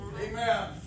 Amen